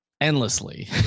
endlessly